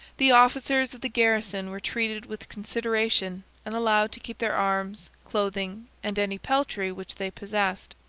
the officers of the garrison were treated with consideration and allowed to keep their arms, clothing, and any peltry which they possessed.